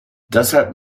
deshalb